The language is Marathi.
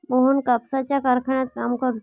मोहन कापसाच्या कारखान्यात काम करतो